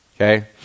okay